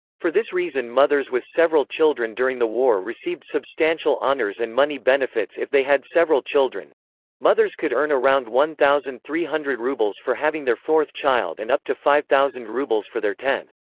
for this reason mothers with several children during the war received substantial honors and money benefits if they had several children mothers could earn around one thousand three hundred rubles for having their fourth child and up to five thousand rubles for their tenth.